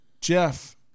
Jeff